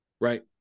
right